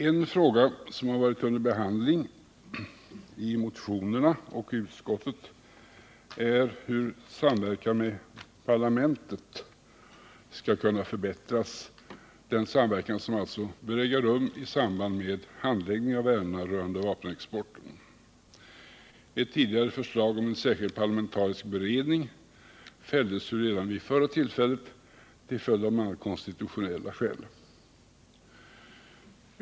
En fråga som behandlats i motionerna och i utskottet är hur samverkan med parlamentet skall kunna förbättras, dvs. den samverkan som bör äga rum i samband med handläggning av ärenden rörande vapenexporten. Ett tidigare förslag om en särskild parlamentarisk beredning fälldes ju redan förra gången, bl.a. av konstitutionella skäl.